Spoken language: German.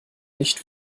nicht